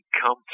come